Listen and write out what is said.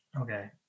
Okay